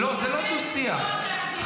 -- אבל אתם הכוח, לכם יש כוח להחזיר.